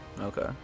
Okay